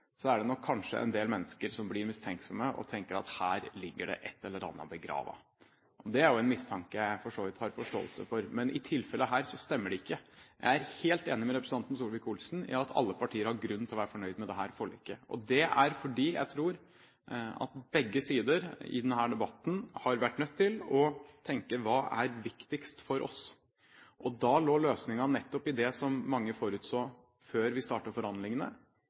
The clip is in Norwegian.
er det nok kanskje en del mennesker som blir mistenksomme og tenker at her ligger det et eller annet begravd. Det er jo en mistanke jeg for så vidt har forståelse for, men i dette tilfellet stemmer det ikke. Jeg er helt enig med representanten Solvik-Olsen i at alle partier har grunn til å være fornøyd med dette forliket. Det er fordi jeg tror at begge sider i denne debatten har vært nødt til å tenke: Hva er viktigst for oss? Da lå løsningen nettopp i det som mange forutså før vi startet forhandlingene,